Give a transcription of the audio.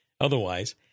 otherwise